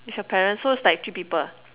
with your parents so it's like three people